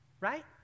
Right